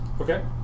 Okay